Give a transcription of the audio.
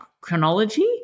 chronology